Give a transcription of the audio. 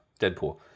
Deadpool